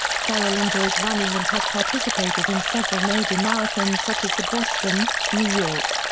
ferrell enjoys running and has participated in several major marathons such as the boston, new york,